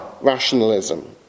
rationalism